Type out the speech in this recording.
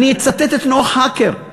אני אצטט את נח הקר,